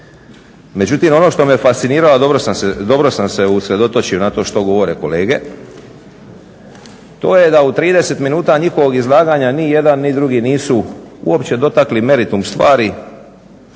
međutim ono što me fasciniralo, a dobro sam se usredotočio na to što govore kolege, to je da u 30 minuta njihovog izlaganja ni jedan ni drugi nisu uopće dotakli meritum stvari,